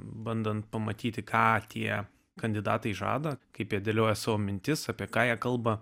bandant pamatyti ką tie kandidatai žada kaip jie dėlioja savo mintis apie ką jie kalba